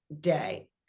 day